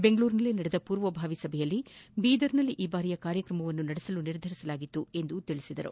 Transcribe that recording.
ಬೆಂಗಳೂರಿನಲ್ಲಿ ನಡೆದ ಪೂರ್ವಭಾವಿ ಸಭೆಯಲ್ಲಿ ಬೀದರ್ ನಲ್ಲಿ ಈ ಬಾರಿಯ ಕಾರ್ಯಕ್ರಮವನ್ನು ನಡೆಸಲು ನಿರ್ಧರಿಸಲಾಗಿತ್ತು ಎಂದು ತಿಳಿಸಿದರು